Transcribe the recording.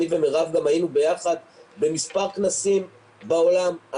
אני ומירב גם היינו ביחד במספר כנסים בעולם.